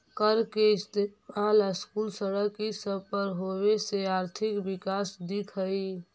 कर के इस्तेमाल स्कूल, सड़क ई सब पर होबे से आर्थिक विकास दिख हई